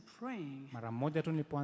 praying